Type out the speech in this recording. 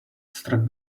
struck